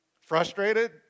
Frustrated